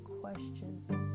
questions